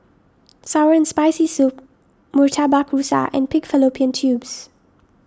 Sour and Spicy Soup Murtabak Rusa and Pig Fallopian Tubes